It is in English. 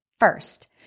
First